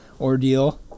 ordeal